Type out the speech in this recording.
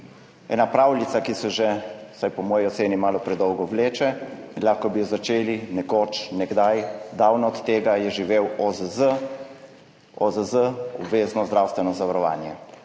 Ena pravljica, ki se že, vsaj po moji oceni, malo predolgo vleče, in lahko bi jo začeli z nekoč, nekdaj, davno od tega je živel OZZ, OZZ – obvezno zdravstveno zavarovanje.